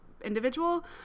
individual